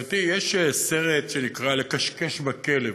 גברתי, יש סרט שנקרא "לכשכש בכלב",